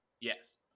Yes